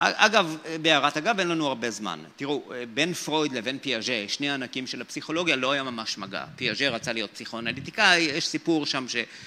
אגב, בהערת אגב אין לנו הרבה זמן תראו, בין פרויד לבין פיאג'ה שני הענקים של הפסיכולוגיה לא היה ממש מגע פיאג'ה רצה להיות פסיכואנליטיקאי, יש סיפור שם ש...